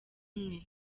umwe